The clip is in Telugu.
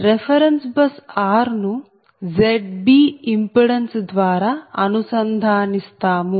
రెఫెరెన్స్ బస్ r ను Zb ఇంపిడెన్స్ ద్వారా అనుసంధానిస్తాము